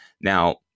Now